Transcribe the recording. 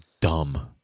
dumb